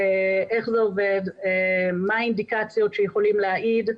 איך זה עובד, מה האינדיקציות שיכולים להעיד.